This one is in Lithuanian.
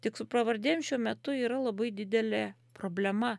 tik su pravardėm šiuo metu yra labai didelė problema